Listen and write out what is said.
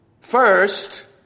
First